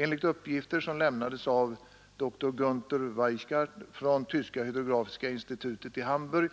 Enligt uppgifter som lämnades av Dr Gunther Weichart från Tyska hydrografiska institutet i Hamburg